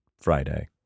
Friday